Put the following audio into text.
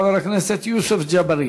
חבר הכנסת יוסף ג'בארין.